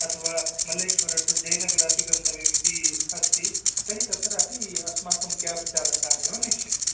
अथवा मल्लेश्वर टु जयनगरमपि गन्तव्यमिति अस्ति तर्हि तत्रापि अस्माकं केब् चालकाः एव नेष्यन्ति